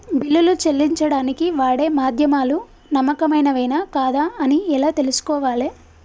బిల్లులు చెల్లించడానికి వాడే మాధ్యమాలు నమ్మకమైనవేనా కాదా అని ఎలా తెలుసుకోవాలే?